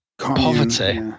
poverty